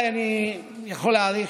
אני יכול להעריך